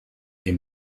est